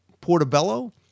Portobello